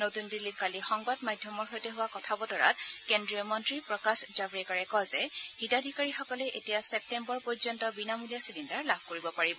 নতুন দিল্লীত কালি সংবাদ মাধ্যমৰ সৈতে হোৱা কথা বতৰাত কেন্দ্ৰীয় মন্ত্ৰী প্ৰকাশ জাতড়েকাৰে কয় যে হিতাধিকাৰীসকলে এতিয়া ছেপ্তেম্বৰ পৰ্যন্ত বিনামূলীয়া চিলিণ্ডাৰ লাভ কৰিব পাৰিব